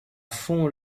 fond